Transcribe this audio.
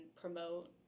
promote